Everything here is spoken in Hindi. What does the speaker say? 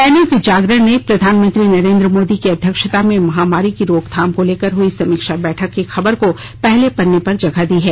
दैनिक जागरण ने प्रधानमंत्री नरेन्द्र मोदी की अध्यक्षता में महामारी की रोकनाथ को लेकर हुई समीक्षा बैठक की खबर को पहले पन्ने पर जगह दी है